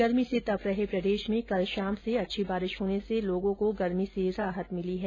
गर्मी से तप रहे प्रदेश में कल शाम से अच्छी बारिश होने से लोगों को गर्मी से राहत मिली है